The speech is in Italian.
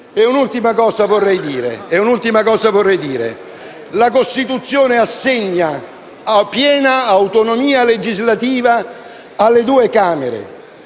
un'ultima cosa. La Costituzione assegna piena autonomia legislativa alle due Camere,